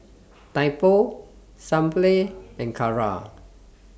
Typo Sunplay and Kara